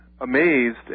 amazed